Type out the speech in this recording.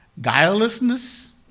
guilelessness